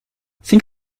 think